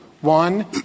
One